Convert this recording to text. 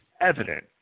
evident